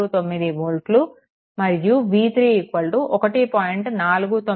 769 వోల్ట్లు మరియు v3 1